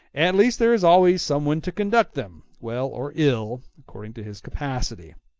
at least there is always some one to conduct them, well or ill, according to his capacity.